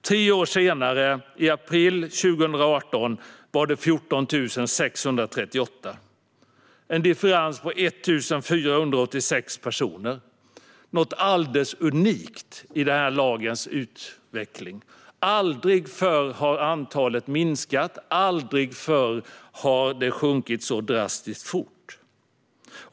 Tre år senare, i april 2018, var det 14 638 personer - en differens på 1 486 personer. Det är något alldeles unikt när det gäller den här lagens utveckling. Aldrig förr har antalet minskat så mycket och så drastiskt fort.